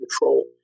control